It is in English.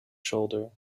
shoulder